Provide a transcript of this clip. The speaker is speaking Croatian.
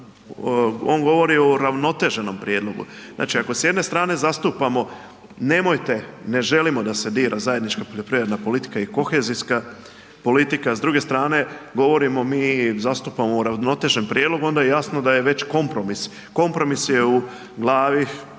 On govori o uravnoteženom prijedlogu. Znači ako s jedne strane zastupamo nemojte, ne želimo da se dira zajednička poljoprivredna politika i kohezijska politika s druge strane govorimo mi zastupamo uravnotežen prijedlog onda je jasno da je već kompromis. Kompromis je u glavi